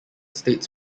states